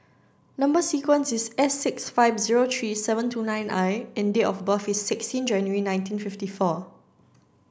number sequence is S six five zero three seven two nine I and date of birth is sixteen January nineteen fifty four